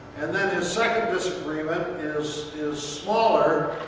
and then his second disagreement is is smaller.